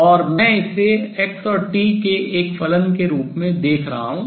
और मैं इसे x और t के एक फलन के रूप में देख observe कर रहा हूँ